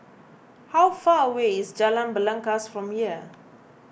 how far away is Jalan Belangkas from here